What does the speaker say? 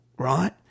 right